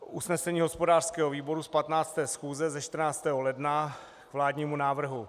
Usnesení hospodářského výboru z 15. schůze ze 14. ledna k vládnímu návrhu: